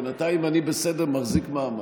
בינתיים אני בסדר, מחזיק מעמד.